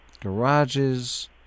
garages